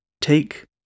take